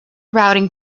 routing